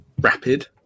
rapid